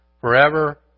forever